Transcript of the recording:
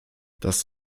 das